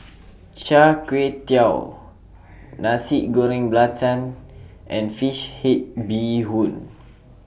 Char Kway Teow Nasi Goreng Belacan and Fish Head Bee Hoon